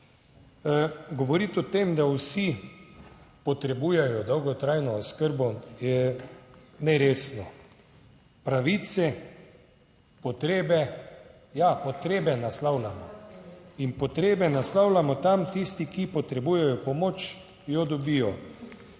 Govoriti o tem, da vsi potrebujejo dolgotrajno oskrbo je neresno. Pravice, potrebe, ja, potrebe naslavljamo in potrebe naslavljamo tam, tisti, ki potrebujejo pomoč, jo dobijo.